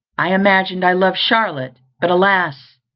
i imagined i loved charlotte but alas!